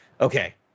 Okay